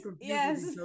Yes